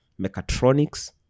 mechatronics